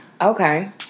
okay